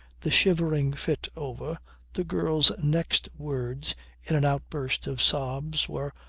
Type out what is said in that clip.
the shivering fit over, the girl's next words in an outburst of sobs were,